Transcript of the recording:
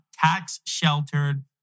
tax-sheltered